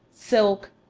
silk,